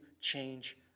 change